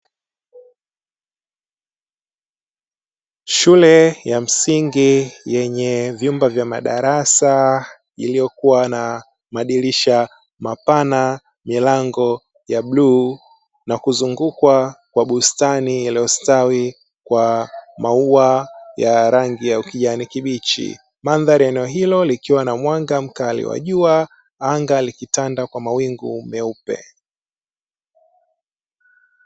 Shule ya msingi yenye vyumba vya madarasa iliyokua na madirisha mapana, milango ya bluu na kuzungukwa kwa bustani iliyo stawi kwa maua ya rangi ya kijani kibichi, mandhari ya eneo hilo likiwa na mwanga mkali wa jua, anga likitanda kwa mawingu meupe.